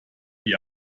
die